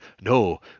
no